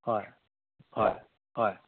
ꯍꯣꯏ ꯍꯣꯏ ꯍꯣꯏ